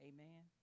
Amen